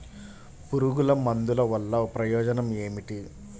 పురుగుల మందుల వల్ల ప్రయోజనం ఏమిటీ?